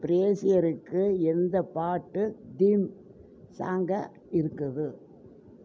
ப்ரேசியருக்கு எந்த பாட்டு தீம் சாங்காக இருக்குது